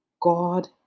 God